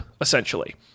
essentially